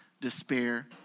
despair